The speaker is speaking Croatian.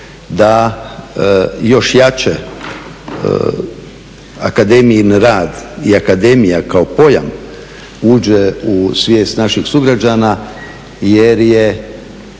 da još jače akademijin rad i akademija kao pojam uđe u svijest naših sugrađana jer je